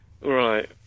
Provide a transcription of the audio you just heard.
right